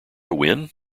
win